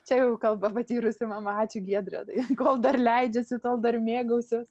čia jau kalba patyrusi mama ačiū giedre kol dar leidžiasi tol dar mėgausiuos